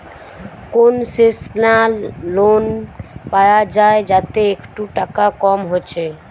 concessional loan পায়া যায় যাতে একটু টাকা কম হচ্ছে